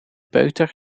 peuter